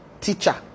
teacher